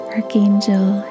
Archangel